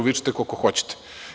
Vičite koliko hoćete.